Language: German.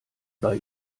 bei